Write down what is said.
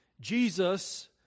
Jesus